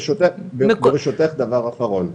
ברשותך, דבר אחרון.